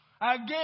Again